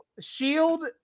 shield